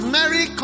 Mary